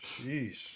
Jeez